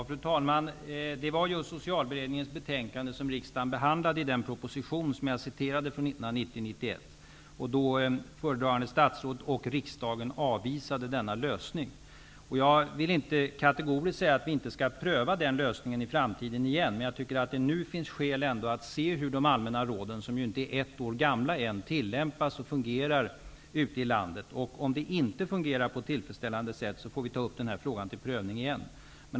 Fru talman! Det var just Socialberedningens betänkande som riksdagen behandlade med anledning av den proposition från 1990/91 som jag nämnde. Då avvisade föredragande statsrådet och riksdagen denna lösning. Jag vill dock inte kategoriskt säga att vi inte skall pröva den lösningen i framtiden. Jag tycker att det finns skäl att se hur de allmänna råden, som ju inte är ett år gamla än, tillämpas och fungerar ute i landet. Om de inte fungerar på ett tillfredsställande sätt, får vi som sagt ta upp frågan till prövning igen.